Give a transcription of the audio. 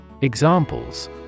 Examples